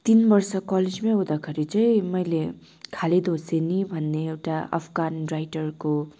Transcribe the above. तिन वर्ष कलेजमा हुँदाखेरि चाहिँ मैले खालिद होसेनी भन्ने एउटा अफगान राइटरको